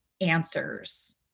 answers